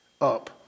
up